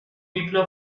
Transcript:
people